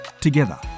together